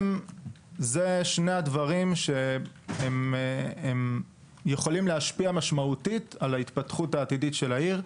אלה שני הדברים שיכולים להשפיע משמעותית על ההתפתחות העתידית של העיר.